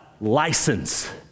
license